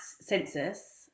census